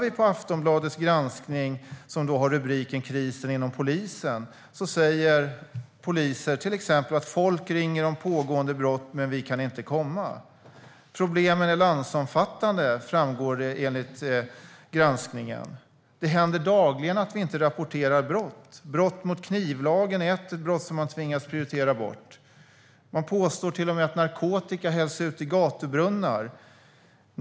I Aftonbladets granskning, som har rubriken "Krisen inom polisen", säger poliser till exempel: Folk ringer om pågående brott, men vi kan inte komma. Problemen är landsomfattande, enligt granskningen. Det händer dagligen att polisen inte rapporterar brott. Brott mot knivlagen är något som man tvingas prioritera bort. Man påstår till och med att narkotika hälls ut i gatubrunnar.